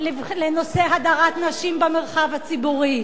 לנושא הדרת נשים במרחב הציבורי.